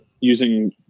using